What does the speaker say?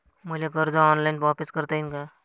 मले कर्ज ऑनलाईन वापिस करता येईन का?